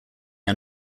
are